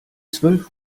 zwölf